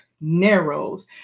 narrows